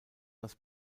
das